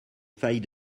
failles